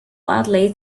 widely